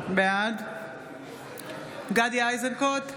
בעד גדי איזנקוט,